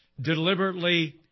deliberately